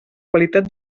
qualitat